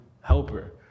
helper